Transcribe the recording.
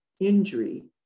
injury